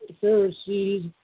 Pharisees